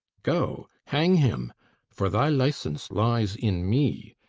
go, hang him for thy license lies in me,